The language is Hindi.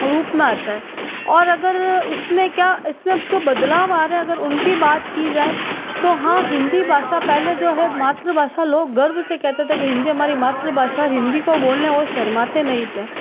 रूप में आता है और अगर इसमें क्या इसमें अब जो बदलाव आ रहा है अगर उनकी बात की जाये तो हाँ हिन्दी भाषा पहले जो है मातृभाषा लोग गर्व से कहते थे कि हिन्दी हमारी मातृभाषा है और हिन्दी को बोलते हुए वो शर्माते नहीं थे